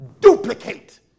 duplicate